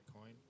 coin